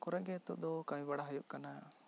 ᱚᱲᱟᱜ ᱠᱚᱨᱮ ᱜᱤ ᱱᱤᱛᱚᱜ ᱫᱚ ᱠᱟᱹᱢᱤ ᱵᱟᱲᱟ ᱦᱩᱭᱩᱜ ᱠᱟᱱᱟ